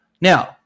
Now